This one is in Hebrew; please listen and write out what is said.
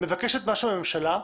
מבקשת משהו מהממשלה,